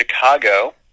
Chicago